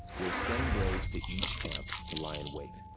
we'll send braves to each camp, to lie in wait.